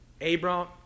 Abram